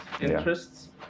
interests